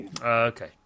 okay